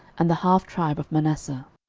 and the half tribe of manasseh.